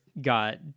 got